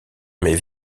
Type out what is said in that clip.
met